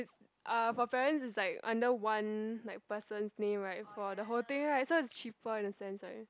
uh for parents is like under one like person's name right for the whole thing right so it's cheaper in a sense right